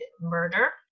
murder